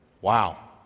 Wow